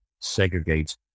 segregate